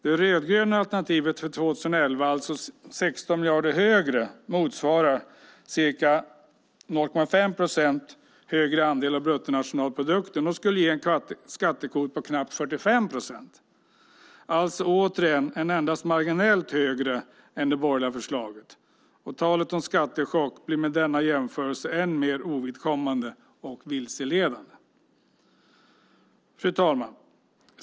Det rödgröna alternativet för 2011 är alltså 16 miljarder högre, vilket motsvarar ca 0,5 procent av bruttonationalprodukten, och skulle ge en skattekvot på knappt 45 procent. Det är alltså återigen endast marginellt högre än det borgerliga förslaget. Talet om skattechock blir med denna jämförelse än mer ovidkommande och vilseledande. Fru talman!